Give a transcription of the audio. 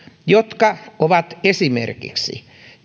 jotka ovat esimerkiksi